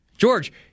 George